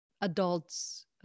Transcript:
adults